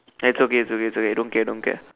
ya it's okay it's okay it's okay don't care don't care